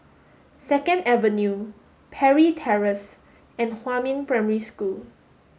Second Avenue Parry Terrace and Huamin Primary School